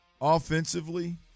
offensively